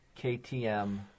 KTM